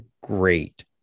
great